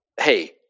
Hey